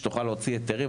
שתוכל להוציא היתרים,